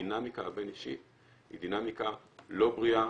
הדינמיקה הבין אישית היא דינמיקה לא בריאה